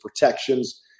protections